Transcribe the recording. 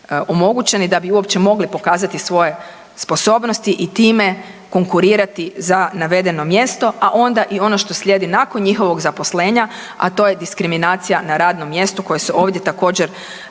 da bi uopće mogli pokazati svoje sposobnosti i time konkurirati za navedeno mjesto, a onda i ono što slijedi nakon njihovog zaposlenja, a to je diskriminacija na radnom mjestu kojoj se ovdje također